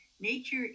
Nature